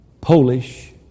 Polish